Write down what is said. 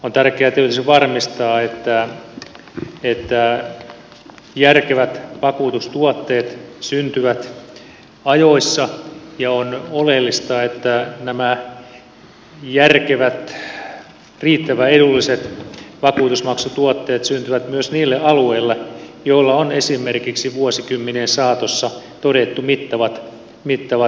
on tärkeää tietysti varmistaa että järkevät vakuutustuotteet syntyvät ajoissa ja on oleellista että nämä järkevät riittävän edulliset vakuutusmaksutuotteet syntyvät myös niille alueille joilla on esimerkiksi vuosikymmenien saatossa todettu mittavat tulvariskit